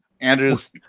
Andrew's